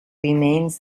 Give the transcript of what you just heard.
remains